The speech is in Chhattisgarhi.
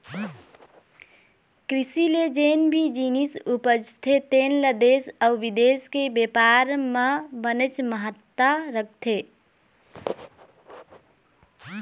कृषि ले जेन भी जिनिस उपजथे तेन ल देश अउ बिदेश के बेपार म बनेच महत्ता रखथे